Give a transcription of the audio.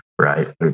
right